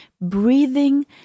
breathing